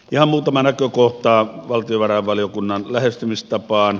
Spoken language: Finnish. ihan muutama näkökohta valtiovarainvaliokunnan lähestymistapaan